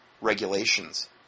regulations